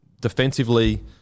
defensively